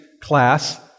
class